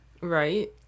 Right